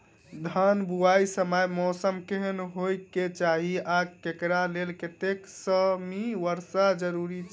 धान बुआई समय मौसम केहन होइ केँ चाहि आ एकरा लेल कतेक सँ मी वर्षा जरूरी छै?